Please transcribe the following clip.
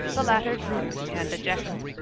the latter drooping and dejected.